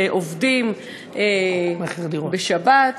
שעובדים בשבת,